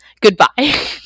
goodbye